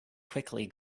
quickly